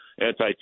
anti